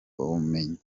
bumenyi